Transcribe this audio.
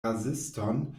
raziston